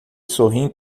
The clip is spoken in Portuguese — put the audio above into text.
sorriem